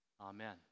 Amen